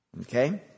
Okay